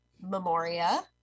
Memoria